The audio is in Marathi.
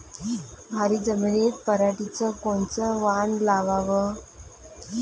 भारी जमिनीत पराटीचं कोनचं वान लावाव?